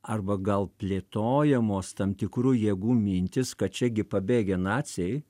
arba gal plėtojamos tam tikrų jėgų mintys kad čia gi pabėgę naciai